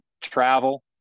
travel